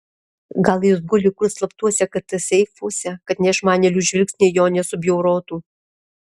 gal jis guli kur slaptuose kt seifuose kad neišmanėlių žvilgsniai jo nesubjaurotų